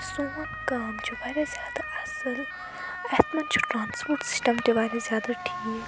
سون گام چھُ وارِیاہ زیادٕ اصٕل اتھ منٛز چھُ ٹرٛانٛسپورٹ سِسٹم تہِ وارِیاہ زیادٕ ٹھیٖک